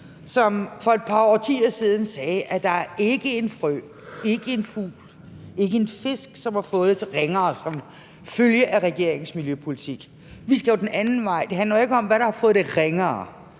som for et par årtier siden sagde: Der er ikke en frø, ikke en fugl, ikke en fisk, som har fået det ringere som følge af regeringens miljøpolitik. Vi skal jo den anden vej. Det handler jo ikke om, hvad der har fået det ringere.